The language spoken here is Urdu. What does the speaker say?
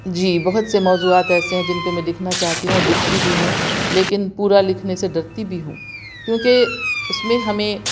جی بہت سے موضوعات ایسے ہیں جن پہ میں لکھنا چاہتی ہوں اور لکھتی بھی ہوں لیکن پورا لکھنے سے ڈرتی بھی ہوں کیوں کہ اس میں ہمیں